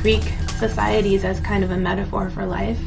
greek society that's kind of a metaphor for life